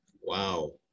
Wow